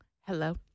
Hello